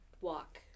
walk